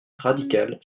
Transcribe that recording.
radical